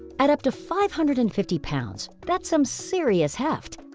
at up to five hundred and fifty pounds, that's some serious heft.